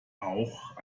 auch